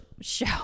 show